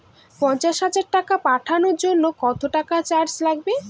পণ্চাশ হাজার টাকা পাঠানোর জন্য কত টাকা চার্জ লাগবে?